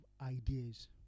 ideas